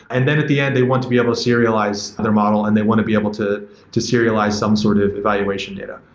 and then at the end they want to be able to serialize their model and they want to be able to to serialize some sort of evaluation data.